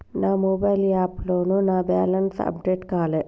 నా మొబైల్ యాప్లో నా బ్యాలెన్స్ అప్డేట్ కాలే